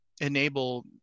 enable